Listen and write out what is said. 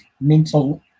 mental